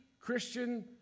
Christian